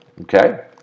okay